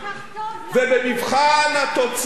ובמבחן התוצאה,